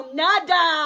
nada